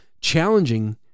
challenging